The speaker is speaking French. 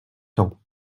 temps